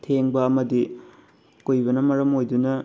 ꯊꯦꯡꯕ ꯑꯃꯗꯤ ꯀꯨꯏꯕꯅ ꯃꯔꯝ ꯑꯣꯏꯗꯨꯅ